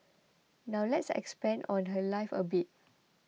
now let's expand on her life a bit